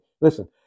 listen